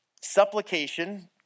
supplication